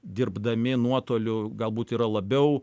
dirbdami nuotoliu galbūt yra labiau